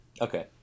Okay